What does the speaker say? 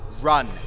Run